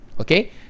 okay